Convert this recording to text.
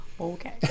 okay